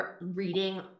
reading